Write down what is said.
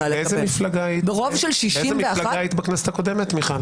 לא ראיתי דגל אש"ף